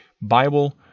Bible